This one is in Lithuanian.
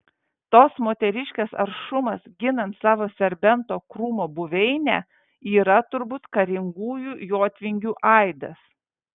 tos moteriškės aršumas ginant savo serbento krūmo buveinę yra turbūt karingųjų jotvingių aidas